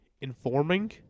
informing